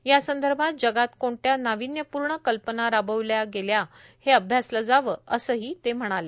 यासंदर्भात जगात कोणत्या नाविन्यपूर्ण कल्पना राबविल्या गेल्या हे अभ्यासलं जावंए असंही ते म्हणाले